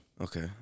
Okay